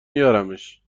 میارمش